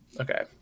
Okay